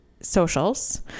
socials